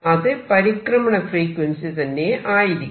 അത് പരിക്രമണ ഫ്രീക്വൻസി തന്നെ ആയിരിക്കും